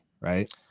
right